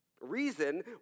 Reason